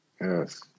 Yes